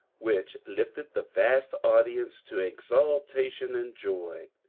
which lifted the vast audience to exultation and joy.